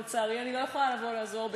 לצערי, אני לא יכולה לבוא לעזור.